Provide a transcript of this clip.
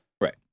right